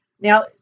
Now